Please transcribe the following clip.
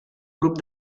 grup